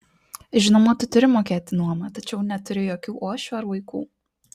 žinoma tu turi mokėti nuomą tačiau neturi jokių uošvių ar vaikų